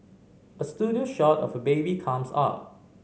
a studio shot of a baby comes up